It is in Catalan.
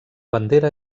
bandera